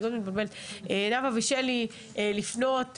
לפנות